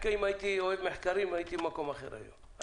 אם הייתי אוהב מחקרים הייתי במקום אחר היום.